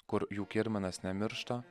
kur jų kirminas nemiršta